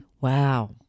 Wow